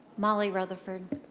molly rutherford.